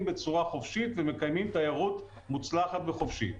בצורה חופשית ומקיימים תיירות מוצלחת וחופשית?